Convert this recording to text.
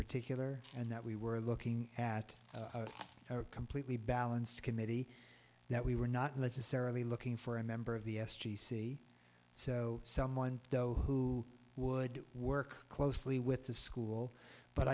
particular and that we were looking at or completely balanced committee that we were not necessarily looking for a member of the s g c so someone who would work closely with the school but